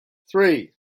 three